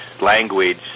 language